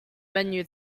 menu